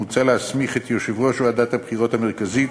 מוצע להסמיך את יושב-ראש ועדת הבחירות המרכזית